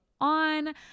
on